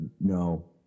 No